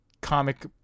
comic